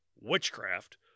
witchcraft